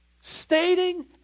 stating